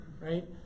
right